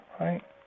right